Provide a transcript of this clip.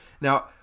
Now